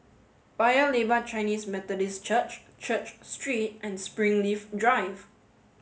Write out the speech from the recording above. Paya Lebar Chinese Methodist Church Church Street and Springleaf Drive